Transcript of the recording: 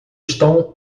estão